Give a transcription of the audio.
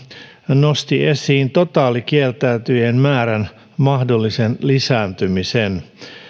nosti esiin totaalikieltäytyjien määrän mahdollisen lisääntymisen myös